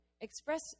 express